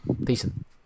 Decent